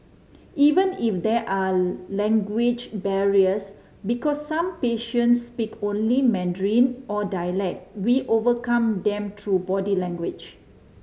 even if there are language barriers because some patients speak only Mandarin or dialect we overcome them through body language